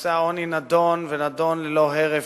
נושא העוני נדון ונדון ללא הרף,